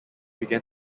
began